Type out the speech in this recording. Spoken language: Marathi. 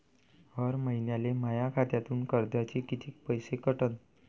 हर महिन्याले माह्या खात्यातून कर्जाचे कितीक पैसे कटन?